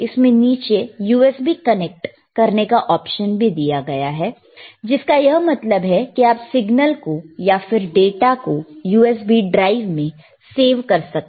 इसमें नीचे USB connect करने का ऑप्शन भी दिया गया है जिस का यह मतलब है कि आप सिग्नल को या फिर डेटा को USB ड्राइव में सेव कर सकते हैं